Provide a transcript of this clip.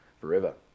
forever